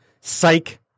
Psych